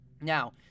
Now